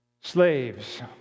Slaves